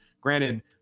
granted